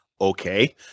Okay